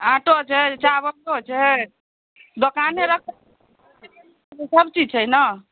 auto छै चावलो छै दोकाने रखने छियै तऽ सब चीज छै ने